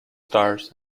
stars